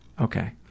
Okay